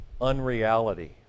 unreality